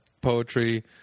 Poetry